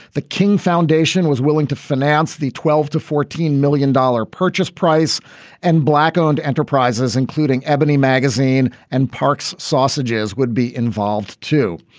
the king foundation was willing to finance the twelve to fourteen million dollars purchase price and black owned enterprises including ebony magazine and parks sausages would be involved, too.